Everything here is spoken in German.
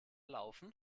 laufen